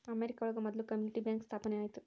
America ಒಳಗ ಮೊದ್ಲು community bank ಸ್ಥಾಪನೆ ಆಯ್ತು